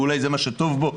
ואולי זה מה שטוב בו,